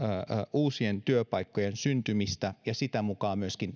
uusien työpaikkojen syntymistä ja sitä mukaa myöskin